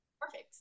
Perfect